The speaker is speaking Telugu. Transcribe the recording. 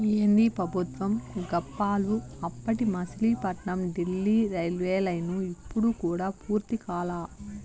ఏందీ పెబుత్వం గప్పాలు, అప్పటి మసిలీపట్నం డీల్లీ రైల్వేలైను ఇప్పుడు కూడా పూర్తి కాలా